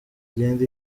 igenda